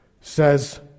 says